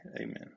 amen